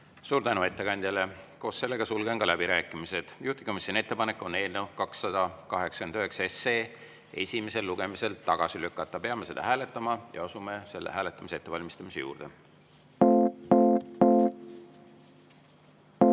Suur tänu ettekandjale! Koos sellega sulgen läbirääkimised. Juhtivkomisjoni ettepanek on eelnõu 289 esimesel lugemisel tagasi lükata. Peame seda hääletama ja asume selle hääletamise ettevalmistamise juurde. Head